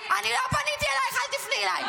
אני לא פניתי אלייך, אל תפני אליי.